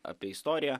apie istoriją